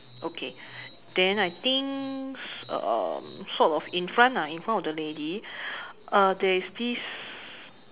okay then I think um sort of in front ah in front of the lady uh there is this